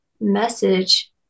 message